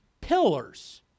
pillars